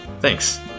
Thanks